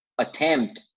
attempt